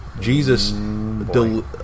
Jesus